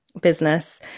business